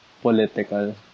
political